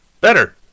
better